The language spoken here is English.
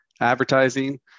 advertising